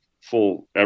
full